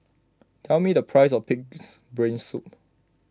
tell me the price of Pig's Brain Soup